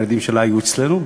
הילדים שלה היו אצלנו,